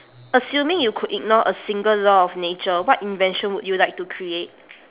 assuming you could ignore a single law of nature what invention would you like to create